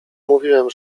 mówiłem